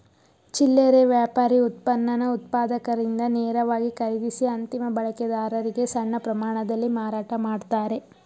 ಚಿಲ್ಲರೆ ವ್ಯಾಪಾರಿ ಉತ್ಪನ್ನನ ಉತ್ಪಾದಕರಿಂದ ನೇರವಾಗಿ ಖರೀದಿಸಿ ಅಂತಿಮ ಬಳಕೆದಾರರಿಗೆ ಸಣ್ಣ ಪ್ರಮಾಣದಲ್ಲಿ ಮಾರಾಟ ಮಾಡ್ತಾರೆ